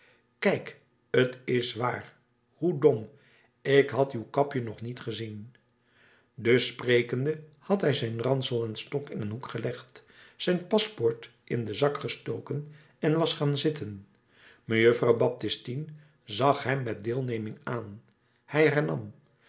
kijk t is waar hoe dom ik had uw kapje nog niet gezien dus sprekende had hij zijn ransel en stok in een hoek gelegd zijn paspoort in den zak gestoken en was gaan zitten mejuffrouw baptistine zag hem met deelneming aan